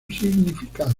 significado